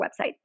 website